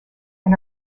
and